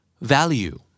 Value